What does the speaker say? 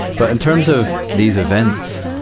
but, in terms of these events,